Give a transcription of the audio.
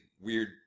weird